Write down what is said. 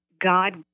God